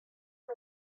amb